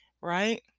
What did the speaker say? right